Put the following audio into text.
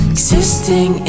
Existing